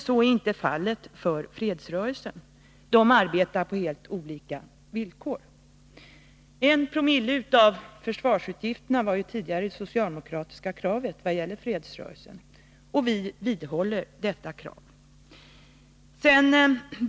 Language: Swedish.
Så är inte fallet för fredsrörelsen — den arbetar på helt olika villkor. 1 oo av försvarsutgifterna var ju tidigare det socialdemokratiska kravet vad gäller fredsrörelsen. Vi vidhåller detta krav.